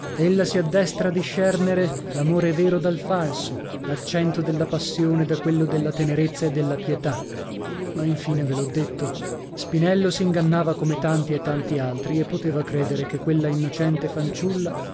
addestra a discernere l'amore vero dal falso l'accento della passione da quello della tenerezza e della pietà ma infine ve l'ho detto spinello s'ingannava come tanti e tanti altri e poteva credere che quella innocente fanciulla